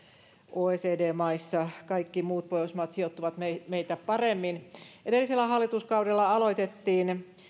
oecd maissa kaikki muut pohjoismaat sijoittuvat meitä meitä paremmin edellisellä hallituskaudella aloitettiin